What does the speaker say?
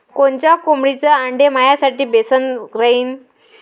कोनच्या कोंबडीचं आंडे मायासाठी बेस राहीन?